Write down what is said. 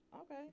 okay